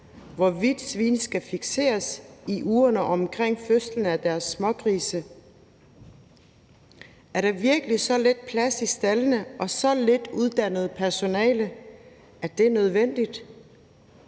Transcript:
hvorvidt svin skal fikseres i ugerne omkring fødslen af deres smågrise? Er der virkelig så lidt plads i staldene og så lidt uddannet personale, at det er nødvendigt?